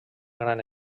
gran